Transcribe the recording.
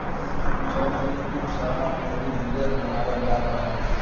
जौ से खूब शराब अउरी बियर बनावल जात बाटे